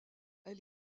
elle